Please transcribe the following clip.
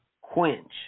quench